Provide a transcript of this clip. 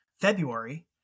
February